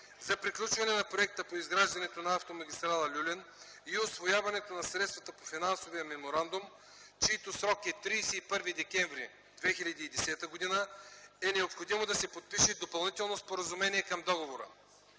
За приключването на проекта по изграждането на Автомагистрала „Люлин” и усвояването на средствата по Финансовия меморандум, чийто срок е 31 декември 2010 г., е необходимо да се подпише допълнително споразумение към договора.